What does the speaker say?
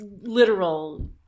literal